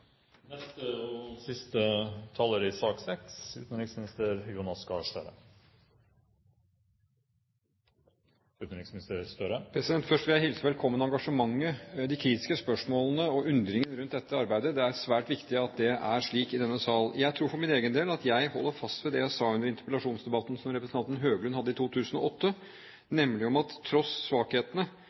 Først vil jeg hilse velkommen engasjementet, de kritiske spørsmålene og undringen rundt dette arbeidet. Det er svært viktig at det er slik i denne sal. Jeg tror for min egen del at jeg holder fast ved det jeg sa under interpellasjonsdebatten som representanten Høglund hadde i 2008, nemlig at til tross for svakhetene